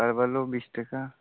परवलो बीस टके